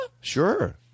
Sure